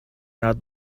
not